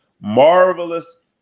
Marvelous